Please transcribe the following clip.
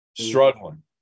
struggling